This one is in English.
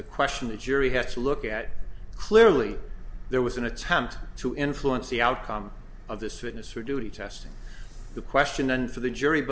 a question the jury has to look at clearly there was an attempt to influence the outcome of this witness or do testing the question and for the jury